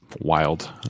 wild